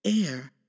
air